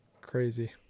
Crazy